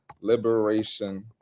liberation